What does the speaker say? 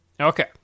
Okay